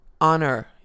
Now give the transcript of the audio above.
Honor